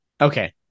Okay